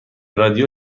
رادیو